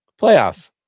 playoffs